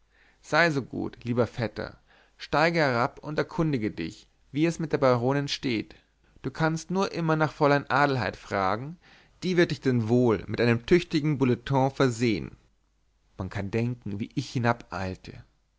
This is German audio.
sei so gut lieber vetter steige herab und erkundige dich wie es mit der baronin steht du kannst nur immer nach fräulein adelheid fragen die wird dich denn wohl mit einem tüchtigen bulletin versehen man kann denken wie ich